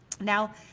now